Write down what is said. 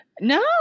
no